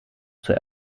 zur